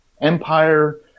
Empire